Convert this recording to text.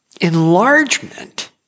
enlargement